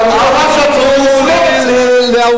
אבל הוא מוציא דברים, הוא לא רוצה.